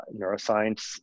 neuroscience